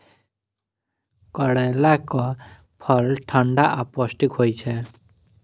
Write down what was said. करैलाक फल ठंढा आ पौष्टिक होइ छै